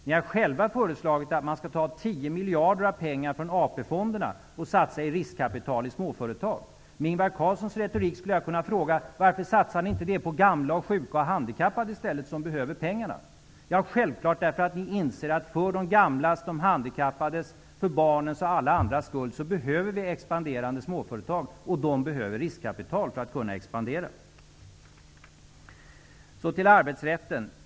Ni har själva föreslagit att man skall ta 10 miljarder av pengar från AP-fonderna och satsa som riskkapital i småföretag. Med Ingvar Carlssons retorik skulle jag kunna fråga: Varför satsar ni inte det på gamla, sjuka och handikappade i stället, som behöver pengarna? Självklart därför att ni inser att för de gamlas, för de handikappades, för barnens och alla andras skull behöver vi expanderande småföretag och att de behöver riskkapital för att kunna expandera. Så till arbetsrätten.